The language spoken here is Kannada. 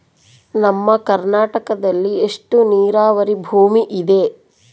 ನಮ್ಮ ಕರ್ನಾಟಕದಲ್ಲಿ ಎಷ್ಟು ನೇರಾವರಿ ಭೂಮಿ ಇದೆ?